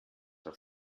war